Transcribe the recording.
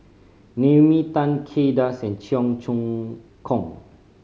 Naomi Tan Kay Das and Cheong Choong Kong